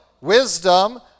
wisdom